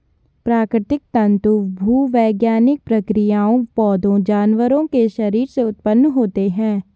प्राकृतिक तंतु भूवैज्ञानिक प्रक्रियाओं, पौधों, जानवरों के शरीर से उत्पन्न होते हैं